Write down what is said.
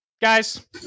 guys